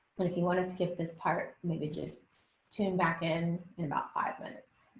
then if you want to skip this part, maybe just tune back in in about five minutes.